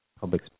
public